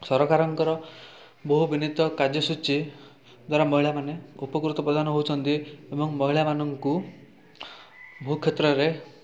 ସରକାରଙ୍କର ବହୁ ବିନୀତ କାର୍ଯ୍ୟ ସୂଚୀ ଦ୍ୱାରା ମହିଳାମାନେ ଉପକୃତ ପ୍ରଦାନ ହେଉଛନ୍ତି ଏବଂ ମହିଳାମାନଙ୍କୁ ବହୁ କ୍ଷେତ୍ରରେ